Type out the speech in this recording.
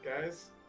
guys